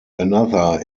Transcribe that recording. another